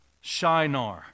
Shinar